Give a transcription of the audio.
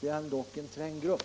De utgör dock en trängd grupp.